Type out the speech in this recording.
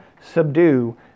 subdue